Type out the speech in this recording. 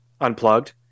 unplugged